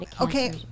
okay